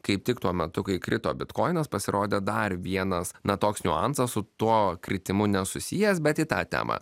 kaip tik tuo metu kai krito bitkoinas pasirodė dar vienas na toks niuansas su tuo kritimu nesusijęs bet į tą temą